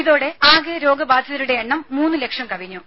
ഇതോടെ ആകെ രോഗബാധിതരുടെ എണ്ണം മൂന്നു ലക്ഷം കവിഞ്ഞു